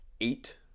eight